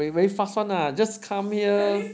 we're very fast [one] ah just come here